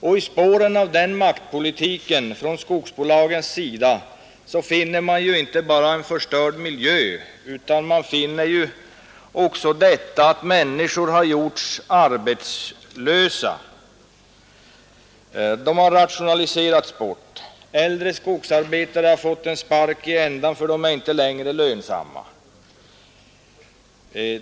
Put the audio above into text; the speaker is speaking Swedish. I spåren av den maktpolitiken från skogsbolagens sida finner man inte bara en förstörd miljö utan också att människor görs arbetslösa, rationaliseras bort. Äldre skogsarbetare får en spark i ändan därför att de inte längre är lönsamma.